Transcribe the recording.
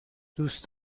دوست